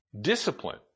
discipline